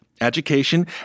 education